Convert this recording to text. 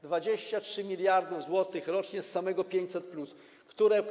23 mld zł rocznie z samego 500+, które.